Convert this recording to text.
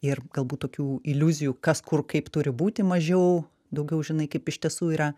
ir galbūt tokių iliuzijų kas kur kaip turi būti mažiau daugiau žinai kaip iš tiesų yra